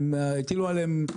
הטילו עליהם.